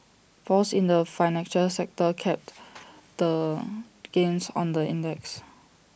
falls in the financial sector capped the gains on the index